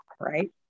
right